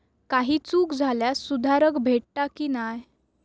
काही चूक झाल्यास सुधारक भेटता की नाय?